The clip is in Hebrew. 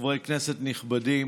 חברי כנסת נכבדים,